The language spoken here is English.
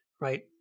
right